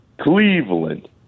Cleveland